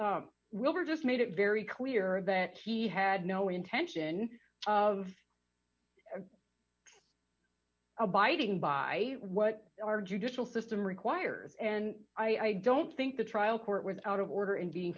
door wilber just made it very clear that he had no intention of abiding by what our judicial system requires and i don't think the trial court without order and being